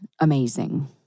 amazing